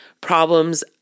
problems